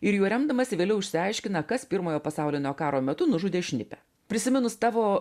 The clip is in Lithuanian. ir juo remdamasi vėliau išsiaiškina kas pirmojo pasaulinio karo metu nužudė šnipę prisiminus tavo